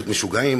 בית-משוגעים,